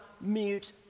mute